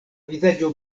vizaĝo